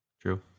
true